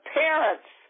parents